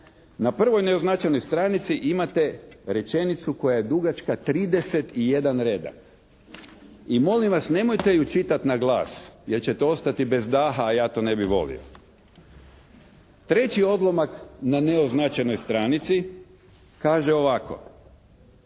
Na prvoj neoznačenoj stranici imate rečenicu koja je dugačka 31 redak i molim vas nemojte ju čitati na glas, jer ćete ostati bez daha, a ja to ne bih volio. Treći odlomak na neoznačenoj stranici kaže ovako